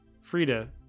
Frida